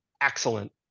excellent